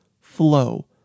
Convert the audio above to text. flow